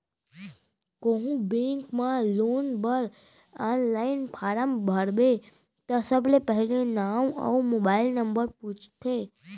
कोहूँ बेंक म लोन बर आनलाइन फारम भरबे त सबले पहिली नांव अउ मोबाइल नंबर पूछथे